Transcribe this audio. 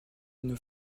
une